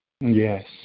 Yes